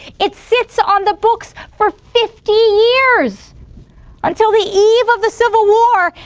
it sits on the books for fifty years until the eve of the civil war,